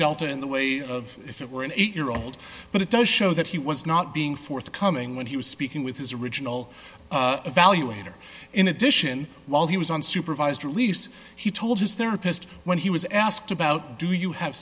delta in the way of if it were an eight year old but it does show that he was not being forthcoming when he was speaking with his original evaluator in addition while he was on supervised release he told his there pissed when he was asked about do you have